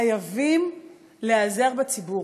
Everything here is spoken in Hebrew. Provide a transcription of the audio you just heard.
חייבים להיעזר בציבור,